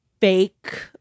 fake